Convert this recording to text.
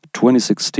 2016